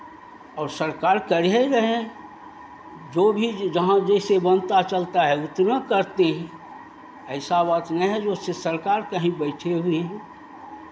और सरकार कर ही रहे हैं जो भी जहाँ जैसे बनता चलता है उतना करते हैं ऐसा बात नहीं है जाे से सरकार कहीं बैठे हुए हैं